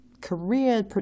career